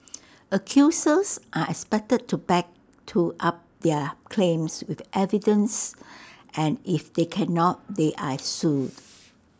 accusers are expected to back to up their claims with evidence and if they cannot they are sued